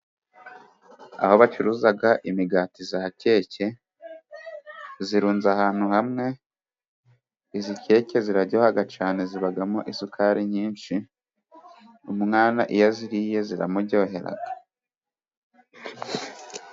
Aho bacuruza imigati ya keke. Irunze ahantu hamwe. Iyi keke iraryoha cyane ibamo isukari nyinshi. Umwana iyo ayiriye iramuryohera.